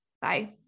Bye